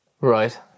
right